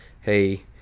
hey